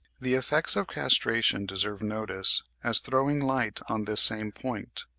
the effects of castration deserve notice, as throwing light on this same point.